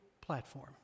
platform